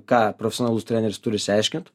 ką profesionalus treneris turi išsiaiškint